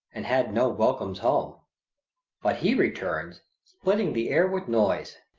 and had no welcomes home but he returns splitting the air with noise.